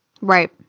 Right